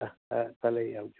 હાં હાં હાં ભલે હાલો